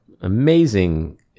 amazing